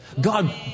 God